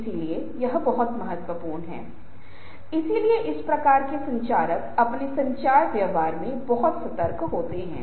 तो यह भी बहुत महत्वपूर्ण है कि हम इंसान हैं और हर किसी के पास किसी न किसी तरह की पसंद या नापसंद हैं